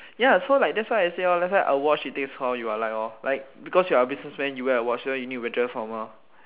ya so like that why I say a watch it takes how you are like because you are a businessman you wear watch so you need to dress formal